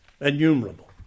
innumerable